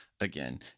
Again